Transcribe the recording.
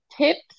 tips